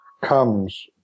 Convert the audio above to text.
comes